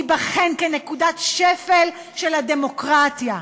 תיבחן כנקודת שפל של הדמוקרטיה.